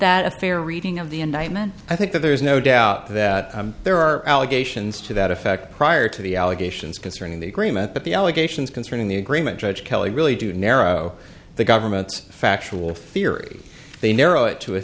that a fair reading of the indictment i think that there is no doubt that there are allegations to that effect prior to the allegations concerning the agreement but the allegations concerning the agreement judge kelly really do narrow the government's factual theory they narrow it to a